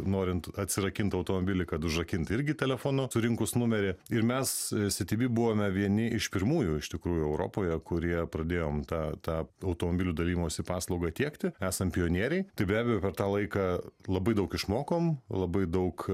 norint atsirakint automobilį kad užrakint irgi telefonu surinkus numerį ir mes city bee buvome vieni iš pirmųjų iš tikrųjų europoje kurie pradėjom tą tą automobilių dalijimosi paslaugą tiekti esam pionieriai be abejo per tą laiką labai daug išmokom labai daug